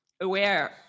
aware